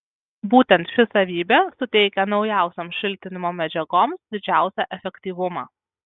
būtent ši savybė suteikia naujausioms šiltinimo medžiagoms didžiausią efektyvumą